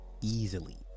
easily